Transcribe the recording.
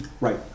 Right